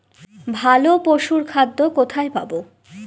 ভালো পশুর খাদ্য কোথায় পাবো?